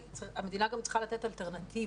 המדינה גם צריכה לתת אלטרנטיבה,